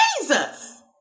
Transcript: Jesus